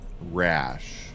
rash